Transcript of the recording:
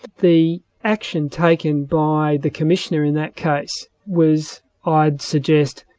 the action taken by the commissioner in that case was, ah i'd suggest,